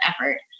effort